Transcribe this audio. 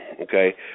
Okay